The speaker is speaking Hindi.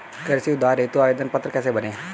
कृषि उधार हेतु आवेदन पत्र कैसे भरें?